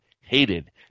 hated